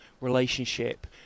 relationship